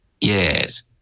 Yes